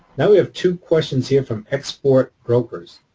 now we have two questions here from export brokers.